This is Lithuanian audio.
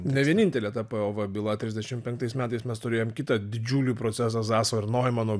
ne vienintelė ta pov byla trisdešim penktais metais mes turėjom kitą didžiulių procesą zaso ir noimano